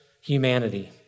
humanity